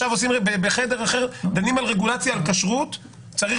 ובחדר אחר דנים על רגולציה על כשרות צריך